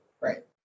right